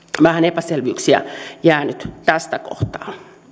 vähän epäselvyyksiä jäänyt tästä kohtaa